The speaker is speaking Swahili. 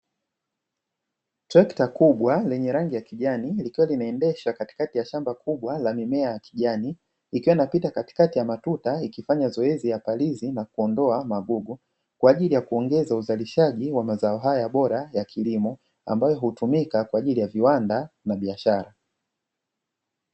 Trekta kubwa lenye rangi ya kijani likiwa linaendeshwa katikati ya shamba kubwa la mimea ya kijani ikiwa inapita katikati ya matuta ikifanya zoezi ya palizi na kuondoa magugu kwa ajili ya kuongeza uzalishaji wa mazao haya bora ya kilimo ambayo hutumika kwa ajili ya viwanda na biashara.